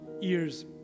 ears